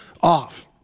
off